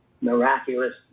miraculous